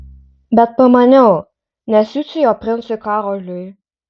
bet pamaniau nesiųsiu jo princui karoliui